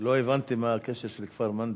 לא הבנתי מה הקשר של כפר-מנדא.